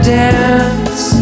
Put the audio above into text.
dance